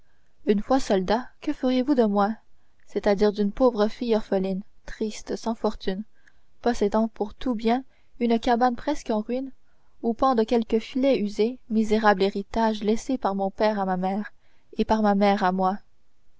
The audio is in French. une fois soldat que ferez-vous de moi c'est-à-dire d'une pauvre fille orpheline triste sans fortune possédant pour tout bien une cabane presque en ruine où pendent quelques filets usés misérable héritage laissé par mon père à ma mère et par ma mère à moi